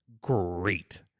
great